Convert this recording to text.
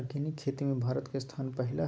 organic खेती में भारत के स्थान पहिला हइ